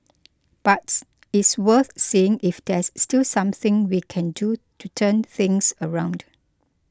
but it's worth seeing if there's still something we can do to turn things around